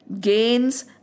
gains